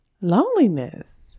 loneliness